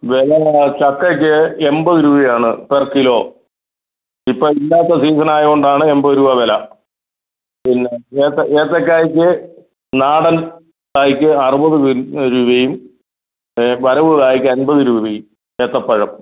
വില ചക്കയ്ക്ക് എൺപത് രൂപ ആണ് പെർ കിലോ ഇപ്പം ഇല്ലാത്ത സീസൺ ആയതുകൊണ്ടാണ് എൺപത് രൂപ വില പിന്നെ ഏത്ത ഏത്തക്കായ്ക്ക് നാടൻ കായ്ക്കും അറുപത് രൂപയും വരവ് കായക്ക് അൻപത് രൂപയും ഏത്തപ്പഴം